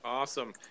Awesome